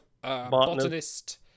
Botanist